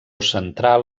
central